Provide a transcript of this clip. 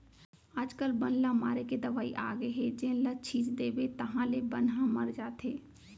आजकाल बन ल मारे के दवई आगे हे जेन ल छिंच देबे ताहाँले बन ह मर जाथे